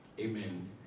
amen